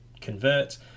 convert